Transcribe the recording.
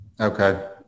okay